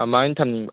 ꯑꯃꯥꯏꯅ ꯊꯝꯅꯤꯡꯕ